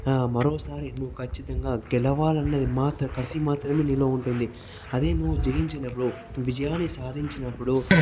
మరోసారి నువ్వు ఖచ్చితంగా గెలవాలన్నది మాత్రం కసి మాత్రమే నీలో ఉంటుంది అదే నువ్వు జయించినప్పుడు విజయాన్ని సాధించినప్పుడు